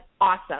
awesome